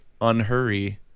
unhurry